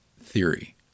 theory